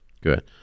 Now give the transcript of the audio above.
Good